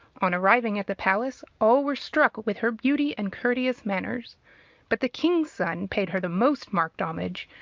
on arriving at the palace, all were struck with her beauty and courteous manners but the king's son paid her the most marked homage,